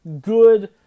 good